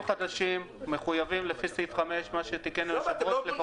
מה שיוכרע זה מה שאומרת מרב.